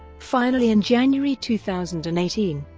finally in january two thousand and eighteen,